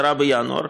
10 בינואר,